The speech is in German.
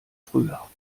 früher